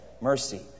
mercy